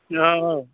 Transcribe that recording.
औ